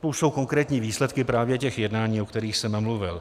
To už jsou konkrétní výsledky právě těch jednání, o kterých jsem mluvil.